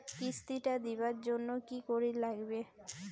কিস্তি টা দিবার জন্যে কি করির লাগিবে?